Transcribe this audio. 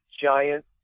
giant